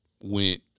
went